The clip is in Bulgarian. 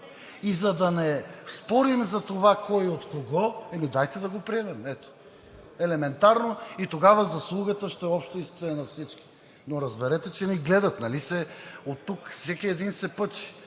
И за да не спорим за това кой от кого, ами, дайте да го приемем. Ето, елементарно! И тогава заслугата ще е обща и ще е на всички. Но разберете, че ни гледат. Оттук всеки един се пъчи: